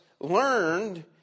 learned